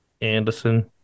Anderson